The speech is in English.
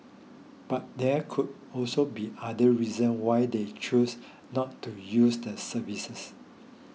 but there could also be other reasons why they choose not to use the services